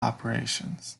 operations